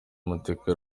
amateka